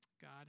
god